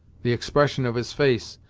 the expression of his face,